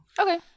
Okay